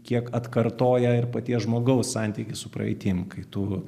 kiek atkartoja ir paties žmogaus santykį su praeitim kai tu